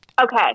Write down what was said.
Okay